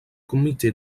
comité